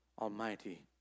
Almighty